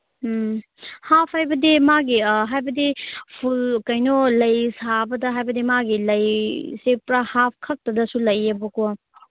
ꯎꯝ ꯍꯥꯞ ꯍꯥꯏꯕꯗꯤ ꯃꯥꯒꯤ ꯍꯥꯏꯕꯗꯤ ꯐꯨꯜ ꯀꯩꯅꯣ ꯂꯩ ꯁꯥꯕꯗ ꯍꯥꯏꯕꯗꯤ ꯃꯥꯒꯤ ꯂꯩꯁꯦ ꯄꯨꯔ ꯍꯥꯞꯈꯛꯇꯗꯁꯨ ꯂꯩꯌꯦꯕꯀꯣ